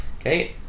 Okay